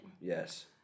Yes